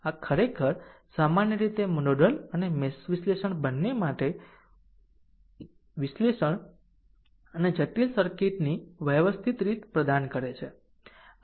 આ ખરેખર સામાન્ય રીતે નોડલ અને મેશ વિશ્લેષણ બંને માટે વિશ્લેષણ અને જટિલ સર્કિટની વ્યવસ્થિત રીત પ્રદાન કરે છે